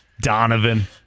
Donovan